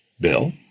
bill